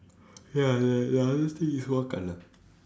ya ya ya this thing is white colour